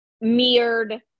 mirrored